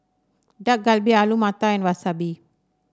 Dak Galbi Alu Matar and Wasabi